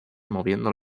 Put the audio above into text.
moviendo